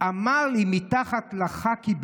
/ אמר לי: 'מתחת לחאקי,